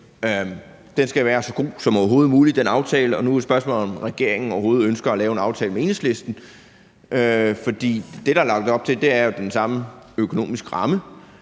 skal være så god som overhovedet muligt. Nu er spørgsmålet, om regeringen overhovedet ønsker at lave en aftale med Enhedslisten, for det, der er lagt op til, er jo, at det skal være den samme økonomiske ramme.